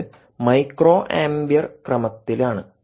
ഇത് micro ampere ക്രമത്തിലാണ്